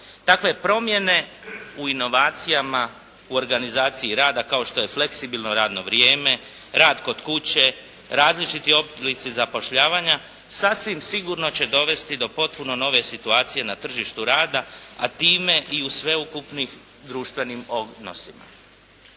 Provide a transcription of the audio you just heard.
Takve promjene u inovacijama u organizaciji rada kao što je fleksibilno radno vrijeme, rad kod kuće, različiti oblici zapošljavanja, sasvim sigurno će dovesti do potpuno nove situacija na tržištu rada, a time i u sveukupnim društvenim odnosima.